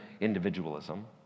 individualism